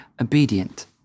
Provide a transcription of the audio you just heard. obedient